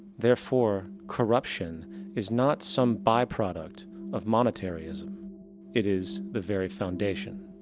therefore, corruption is not some byproduct of monetary-ism, it is the very foundation.